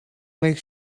make